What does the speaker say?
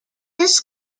this